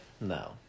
no